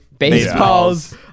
Baseballs